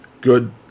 good